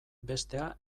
bestea